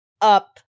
up